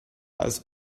als